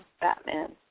Batman